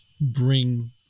bring